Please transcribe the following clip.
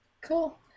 Cool